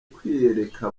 kwiyereka